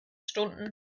stunden